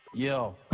Yo